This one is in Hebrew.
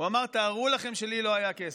הוא אמר: תארו לכם שלי לא היה כסף,